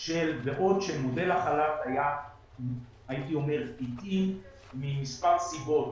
כאשר בעוד שמודל החל"ת היה טבעי ממספר סיבות